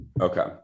Okay